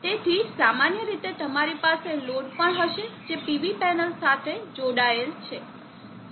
તેથી સામાન્ય રીતે તમારી પાસે લોડ પણ હશે જે PV પેનલ સાથે જોડાયેલ છે